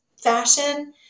fashion